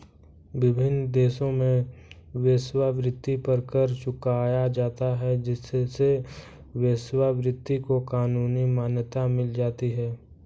विभिन्न देशों में वेश्यावृत्ति पर कर चुकाया जाता है जिससे वेश्यावृत्ति को कानूनी मान्यता मिल जाती है